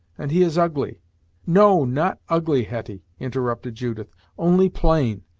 and he is ugly no, not ugly, hetty, interrupted judith. only plain.